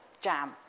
jam